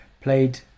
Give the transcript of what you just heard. played